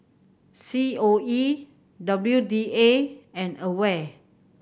C O E W D A and AWARE